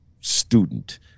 student